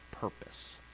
purpose